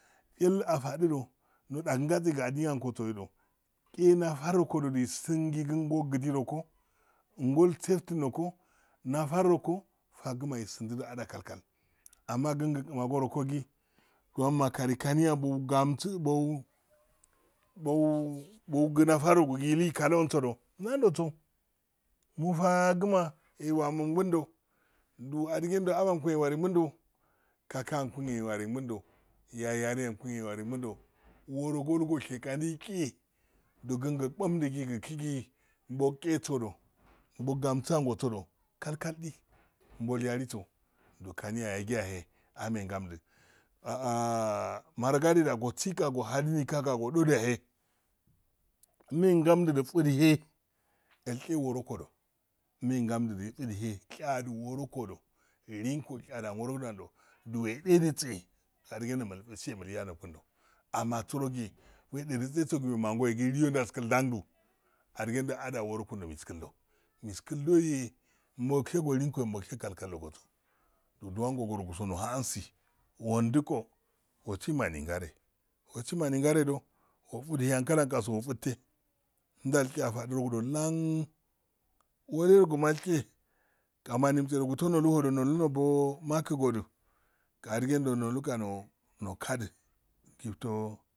Afadido mupagimda gi adin yanko sodi dehe nafarokodo ndaizingi gogi di roko ngol seftin noko nafa roko fagima daisin gi adah kal-kal amma kin gokima goroko gi duwan makari kaniya bongam si bou-bou-do nafaro gugi taiyaloin se nando sodo mo faa gima mowangima ndau adigendo abankun ewaringundo kakan ku e ewaringundo yayari yankoge ewaringundo worokodo washe gadaishe do kin gokun gi daushe sodi baugamsi angosodi kalkaldi bolyaliso kaniya yayiyahe yame hengamdu marogude da gosiya gohali nika ga wodogude da gosiqa gohadi nika ga wodoguya he mehen gandu du fudihe gil she woro kodo mehengaudu difudihe shado worokdo liyenko shallungoro gidando ledise do mulfusihe wunya nokundo amma sirogi we lediso du wemangoyogi liyen yo ndalskindandu adigendo adawokundo meskildo meskildgi boshego liyenkogi boshe kalkallogodo so do duwan go goro guso nohamsi wundoko wasi malingare worimamingare do wofudihe ankalagaso wofuffe ilshe afadirogudo lann wole roguma ilshe ga malifse rogu to n nulu horogudo tonabo maki godu ga adigendonolugao ga no kadi gitoh,